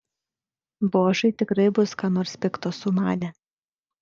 bošai tikrai bus ką nors pikto sumanę